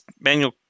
manual